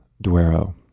Duero